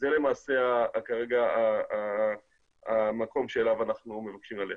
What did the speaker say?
זה כרגע המקום אליו אנחנו מבקשים ללכת.